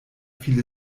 fiel